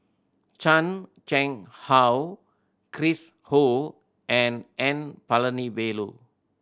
Chan Chang How Chris Ho and N Palanivelu